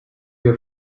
your